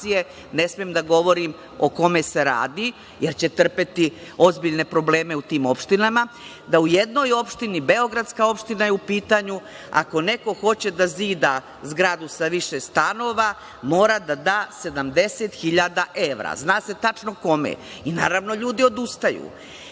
ne smem da govorim o kome se radi, jer će trpeti ozbiljne probleme u tim opštinama, da u jednoj opštini, beogradska opština je u pitanju, ako neko hoće da zida zgradu sa više stanova, mora da da 70.000 evra, zna se tačno kome. Naravno, ljudi odustaju.